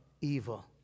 evil